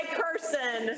person